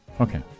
Okay